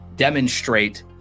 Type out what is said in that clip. demonstrate